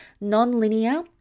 non-linear